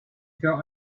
felt